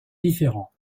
différends